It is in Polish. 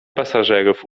pasażerów